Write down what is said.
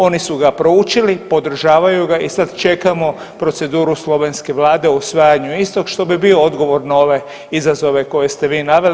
Oni su ga proučili, podržavaju ga i sad čekamo proceduru slovenske Vlade o usvajanju istog što bi bio odgovor na ove izazove koje ste vi naveli.